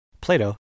Plato